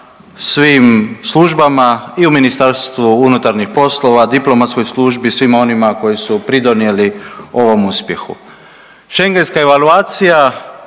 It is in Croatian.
svim službama i u Ministarstvu unutarnjih poslova, diplomatskoj službi, svima onima koji su pridonijeli ovom uspjehu. Schengenska evaluacija